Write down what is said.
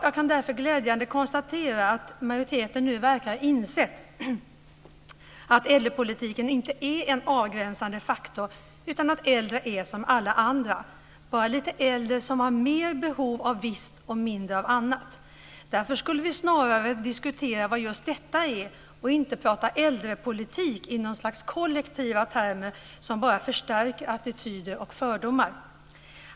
Jag kan därför glädjande konstatera att majoriteten nu verkar ha insett att äldrepolitik inte är en avgränsande faktor utan att äldre är som alla andra, bara lite äldre som har mer behov av visst och mindre av annat. Därför skulle vi snarare diskutera vad just detta är och inte prata äldrepolitik i något slags kollektiva termer som bara förstärker attityder och fördomar.